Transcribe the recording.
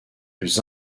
plus